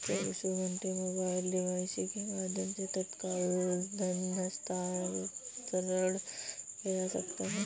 चौबीसों घंटे mobile device के माध्यम से तत्काल धन हस्तांतरण किया जा सकता है